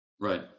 Right